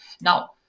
now